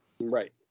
Right